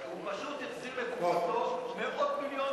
הוא פשוט החזיר לקופתו מאות מיליונים.